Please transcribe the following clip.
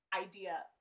idea